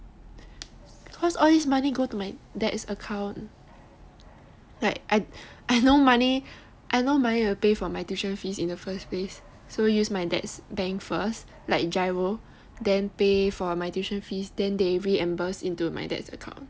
cause all these money go to my dad's account like I I no money to pay for my tuition fees in the first place so use my dad's bank first like GIRO then pay for my tuition fees then they reimburse into my dad's account